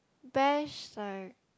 bash like